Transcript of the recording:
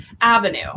avenue